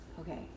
okay